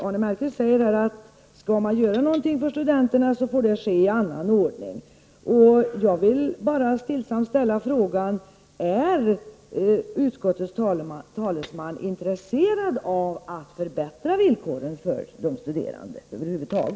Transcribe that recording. Arne Mellqvist säger att det får ske i annan ordning om man skall göra någonting för studenterna. Jag vill bara stillsamt ställa frågan: Är utskottets talesman över huvud taget intresserad av att förbättra villkoren för de studerande?